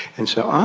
and so, ah,